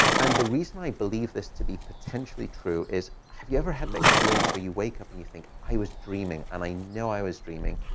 and the reason i believe this to be potentially true is have you ever had the experience where you wake up and you think, i was dreaming, and i know i was dreaming.